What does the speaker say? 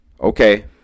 Okay